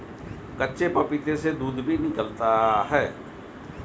कच्चे पपीते से दूध भी निकलता है